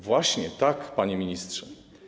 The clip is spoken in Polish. Właśnie tak, panie ministrze.